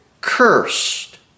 cursed